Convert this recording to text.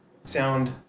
sound